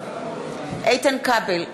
איתן כבל,